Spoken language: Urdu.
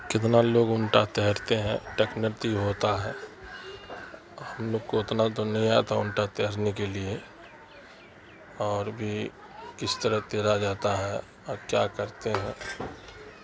کتنا لوگ الٹا تیرتے ہیں ٹکنیتی ہوتا ہے ہم لوگ کو اتنا تو نہیں آتا الٹا تیرنے کے لیے اور بھی کس طرح تیرا جاتا ہے اور کیا کرتے ہیں